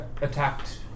attacked